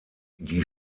die